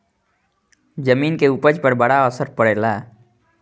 जमीन के उपज पर बड़ा असर पड़ेला